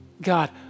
God